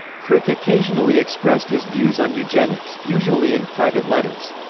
crick occasionally expressed his views on eugenics, usually in private letters.